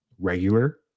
Regular